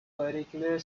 particular